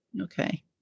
Okay